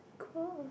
cool